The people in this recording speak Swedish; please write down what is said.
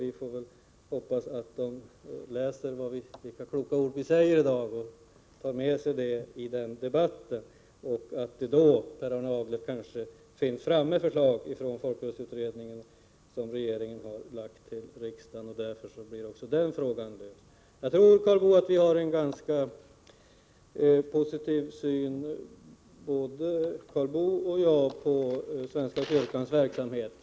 Vi får väl hoppas att de läser de kloka ord som vi har uttalat här i dag och tar hänsyn till dem. Vid den tidpunkten har folkrörelseutredningen lagt fram sina förslag och regeringen i sin tur förelagt riksdagen en proposition. Både Karl Boo och jag har en positiv syn på svenska kyrkans verksamhet.